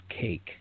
cake